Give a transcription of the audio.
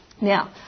now